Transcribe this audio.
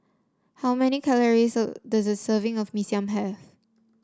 how many calories does a serving of Mee Siam have